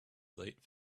late